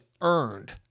earned